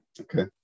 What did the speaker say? Okay